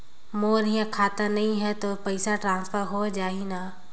मोर इहां खाता नहीं है तो पइसा ट्रांसफर हो जाही न?